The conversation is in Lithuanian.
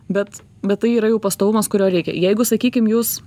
bet bet tai yra jau pastovumas kurio reikia jeigu sakykim jūs